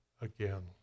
again